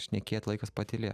šnekėt laikas patylėt